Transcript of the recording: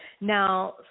now